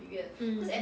mm